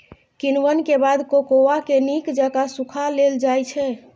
किण्वन के बाद कोकोआ के नीक जकां सुखा लेल जाइ छइ